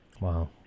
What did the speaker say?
Wow